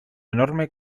enorme